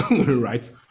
right